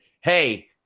hey